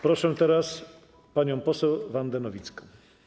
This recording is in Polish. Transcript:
Proszę teraz panią poseł Wandę Nowicką.